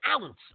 ounce